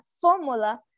formula